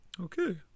Okay